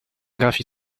graphie